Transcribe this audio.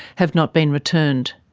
have not been returned.